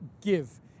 give